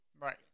right